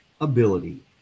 ability